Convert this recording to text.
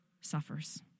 suffers